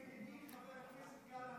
ידידי חבר הכנסת גלנט,